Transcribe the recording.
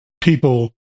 people